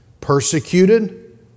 Persecuted